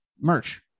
merch